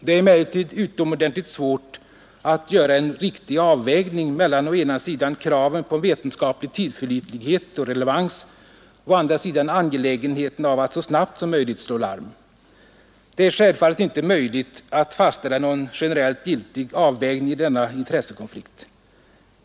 Det är emellertid utomordentligt svårt att göra en riktig avvägning mellan å ena sidan kraven på vetenskaplig tillförlitlighet och relevans och å andra sidan angelägenheten av att så snabbt som möjligt slå larm. Det är självfallet inte möjligt att fastställa någon generellt riktig avvägning i denna intressekonflikt.